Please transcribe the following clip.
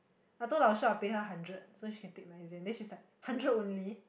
I told 老师 I will pay her hundred so she can take my exam then she's like hundred only